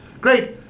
Great